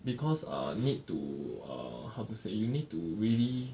because err need to err how to say you need to really